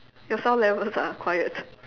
your sound levels are quiet